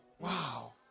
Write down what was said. Wow